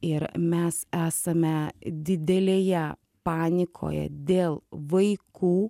ir mes esame didelėje panikoje dėl vaikų